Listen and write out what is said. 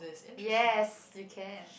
yes you can